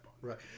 Right